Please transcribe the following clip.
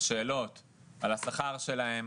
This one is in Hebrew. שאלות על השכר שלהן,